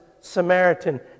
Samaritan